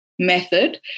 method